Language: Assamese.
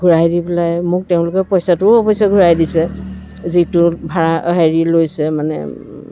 ঘুৰাই দি পেলাই মোক তেওঁলোকে পইচাটোও অৱশ্যে ঘূৰাই দিছে যিটো ভাড়া হেৰি লৈছে মানে